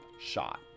shot